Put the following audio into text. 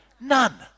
None